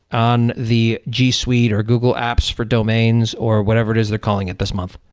on the g suite are google apps for domains or whatever it is they're calling it this month.